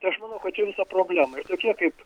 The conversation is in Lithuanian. tai aš matau kad rimta problema tokie kaip